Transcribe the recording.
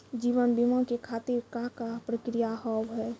जीवन बीमा के खातिर का का प्रक्रिया हाव हाय?